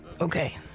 Okay